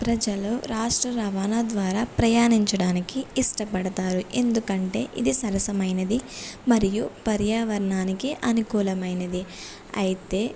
ప్రజలు రాష్ట్ర రవాణా ద్వారా ప్రయాణించడానికి ఇష్టపడతారు ఎందుకంటే ఇది సరసమైనది మరియు పర్యావరణానికి అనుకూలమైనది అయితే